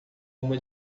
uma